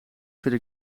vind